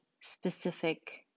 specific